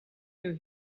you